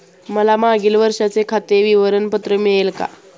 मला मागील वर्षाचे खाते विवरण पत्र मिळेल का?